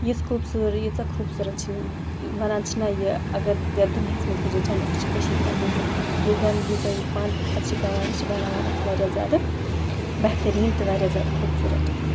یِژھ خوٗبصوٗرٕے ییٖژاہ خوٗبصوٗرت چھِ وَنان چھِ نہ یہِ اگر یَتھ دُنیاہَس منٛز کُنہِ جایہِ جنّت سُہ چھِ کٔشیٖرِ منٛزٕے یُس زَن یُس زَن یہِ پَن پَتھَر چھِ پٮ۪وان یہِ چھِ بَناوان اَتھ واریاہ زیادٕ بہتریٖن تہٕ واریاہ زیادٕ خوٗبصوٗرت